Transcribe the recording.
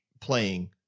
playing